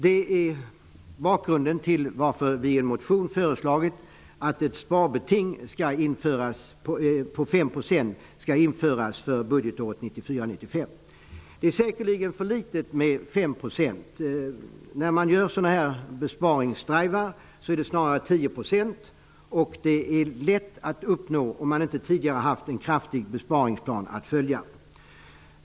Detta är bakgrunden till att vi i en motion föreslår att ett sparbeting om 5 % skall införas för budgetåret 1994/95. Det är säkerligen för litet med 5 %. När man gör sådana här besparingsdrivar är det snarare 10 %, och det är lätt att uppnå om man inte tidigare har haft en kraftig besparingsplan att följa.